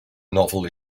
novel